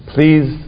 Please